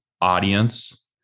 audience